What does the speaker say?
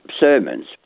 sermons